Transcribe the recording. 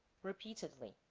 repeatedly